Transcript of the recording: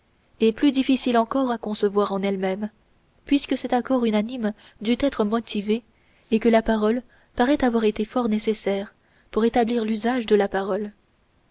et plus difficile encore à concevoir en elle-même puisque cet accord unanime dut être motivé et que la parole paraît avoir été fort nécessaire pour établir l'usage de la parole